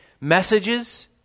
messages